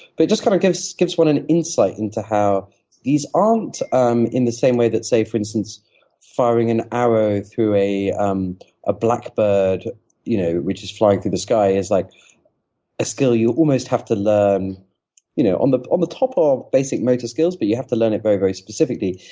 but it kind of gives gives one an insight into how these aren't um in the same way that for instance firing an arrow through a um a black bird you know which is flying through the sky is like a skill you almost have to learn you know on the um the top ah of basic motor skills, but you have to learn it very, very specifically.